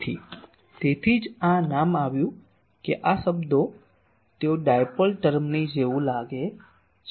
તેથી તેથી જ આ નામ આવ્યું કે આ ઘટકો તેઓ ડાયપોલ ટર્મની જેમ લાગે છે